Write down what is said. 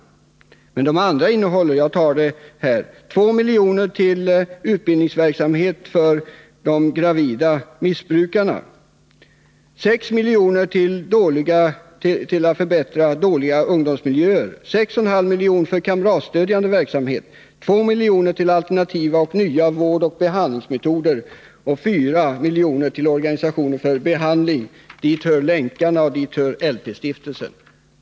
I övriga motioner föreslår vi 2 milj.kr. till utbildningsverksamhet för gravida missbrukare, 6 milj.kr. för att förbättra dåliga ungdomsmiljöer, 6,5 milj.kr. för kamratstödjande verksamhet, 2 milj.kr. till alternativa och nya vårdoch behandlingsmetoder samt 4 milj.kr. till organisationer för behandling — dit hör Länkarna och LP-stiftelsen.